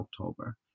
October